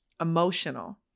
emotional